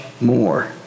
more